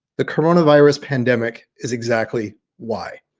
the coronavirus pandemic is exactly why,